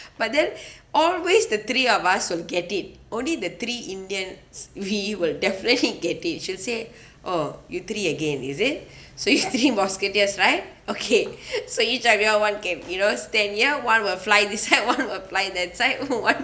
but then always the three of us will get it only the three indians we will definitely get it she'll say oh you three again is it so you three musketeers right okay so each of you all one can you know stand here one will fly this side one will fly that side oh one